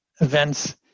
events